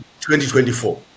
2024